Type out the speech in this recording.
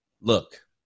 look